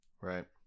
Right